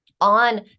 on